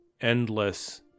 endless